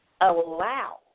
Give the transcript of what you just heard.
allow